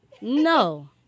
No